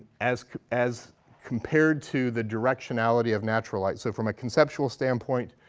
as as compared to the directionality of natural light. so from a conceptual standpoint,